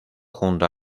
junto